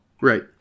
Right